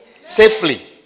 Safely